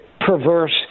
perverse